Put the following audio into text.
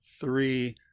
three